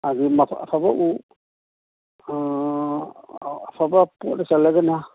ꯑꯗꯨ ꯑꯐꯕ ꯎ ꯑꯐꯕ ꯄꯣꯠꯅ ꯆꯜꯂꯒꯅ